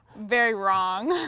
very wrong.